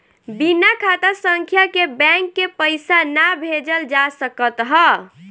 बिना खाता संख्या के बैंक के पईसा ना भेजल जा सकत हअ